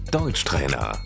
deutschtrainer